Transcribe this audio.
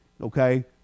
Okay